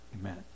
Amen